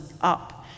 up